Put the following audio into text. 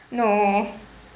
no